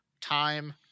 Time